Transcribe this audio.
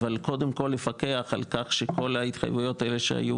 אבל קודם כל לפקח על כך שכל ההתחייבויות האלה שהיו